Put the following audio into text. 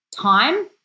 time